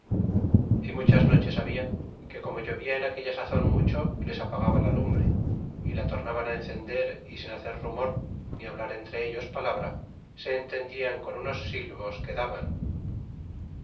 y muchas noches habla que como llovia en aquella sazon mucho les apagaba la lumbre y la tornaban encender y sin hacer rumor ni hablar entre ellos palabra se entendian con unos silvos que